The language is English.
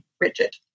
rigid